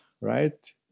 right